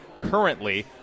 currently